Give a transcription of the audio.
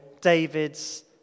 David's